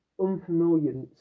unfamiliar